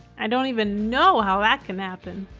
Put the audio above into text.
i don't even know how that can happen.